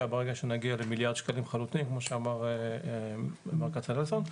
ברגע שנגיע למיליארד שקלים חלוטים כמו שאמר מר כצנלסון.